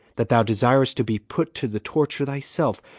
that thou desirest to be put to the torture thyself,